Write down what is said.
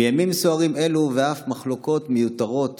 בימים סוערים אלו, ואף מחלוקות מיותרות